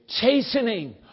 chastening